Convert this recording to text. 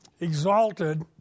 exalted